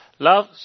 Love